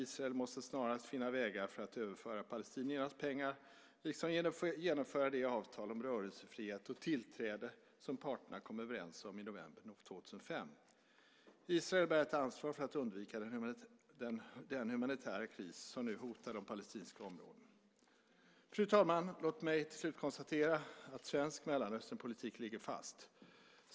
Israel måste snarast finna vägar för att överföra palestiniernas pengar liksom genomföra det avtal om rörelsefrihet och tillträde som parterna kom överens om i november 2005. Israel bär ett ansvar för att undvika den humanitära kris som nu hotar de palestinska områdena. Fru talman! Låt mig till slut konstatera att svensk Mellanösternpolitik ligger fast.